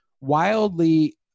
wildly